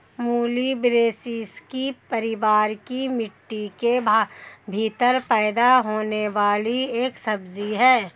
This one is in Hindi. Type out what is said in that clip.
मूली ब्रैसिसेकी परिवार की मिट्टी के भीतर पैदा होने वाली एक सब्जी है